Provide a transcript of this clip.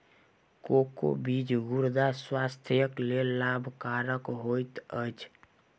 cocoa बीज गुर्दा स्वास्थ्यक लेल लाभकरक होइत अछि